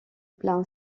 plein